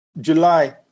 july